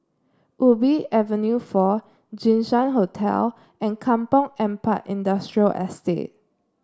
Ubi Avenue Four Jinshan Hotel and Kampong Ampat Industrial Estate